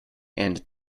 and